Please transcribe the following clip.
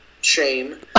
shame